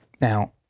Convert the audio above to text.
Now